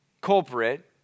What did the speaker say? culprit